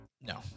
no